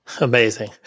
Amazing